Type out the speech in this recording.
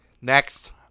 Next